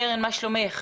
ממשרד החינוך.